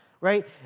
right